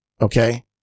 Okay